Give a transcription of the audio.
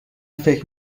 فکر